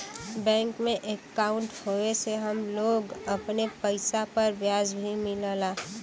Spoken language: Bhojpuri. बैंक में अंकाउट होये से हम लोग अपने पइसा पर ब्याज भी मिलला